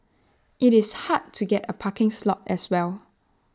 IT is hard to get A parking slot as well